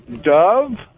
dove